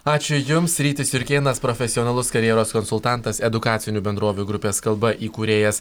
ačiū jums rytis jurkėnas profesionalus karjeros konsultantas edukacinių bendrovių grupės kalba įkūrėjas